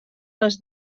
les